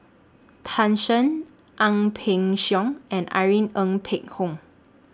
Tan Shen Ang Peng Siong and Irene Ng Phek Hoong